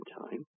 time